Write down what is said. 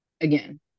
again